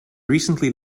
recently